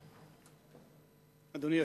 לרשותך, אדוני.